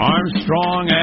Armstrong